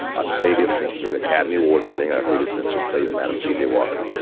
and octavia spencer, the academy award winning octavia spencer plays madam c j. walker.